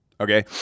Okay